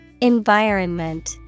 Environment